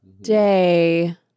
day